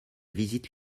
visite